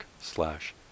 slash